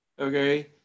okay